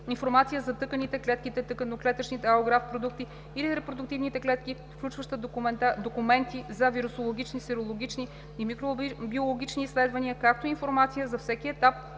информация за тъканите, клетките, тъканно-клетъчните алографт продукти или репродуктивните клетки, включваща документи за вирусологични, серологични и микробиологични изследвания, както и информация за всеки етап